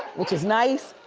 which is nice.